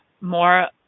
more